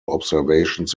observations